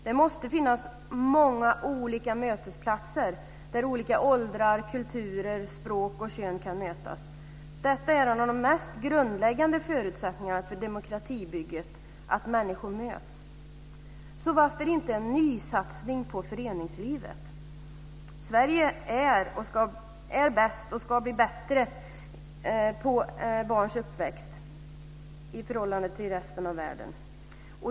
Det måste finnas många olika mötesplatser där olika åldrar, kulturer, språk och kön kan mötas. Detta är en av de mest grundläggande förutsättningarna för demokratibygget, att människor möts. Varför inte en nysatsning på föreningslivet? Sverige är bäst och ska bli bättre på barns uppväxt i förhållande till resten av världen.